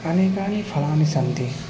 अनेकानि फलानि सन्ति